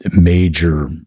major